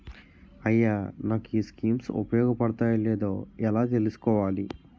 అయ్యా నాకు ఈ స్కీమ్స్ ఉపయోగ పడతయో లేదో ఎలా తులుసుకోవాలి?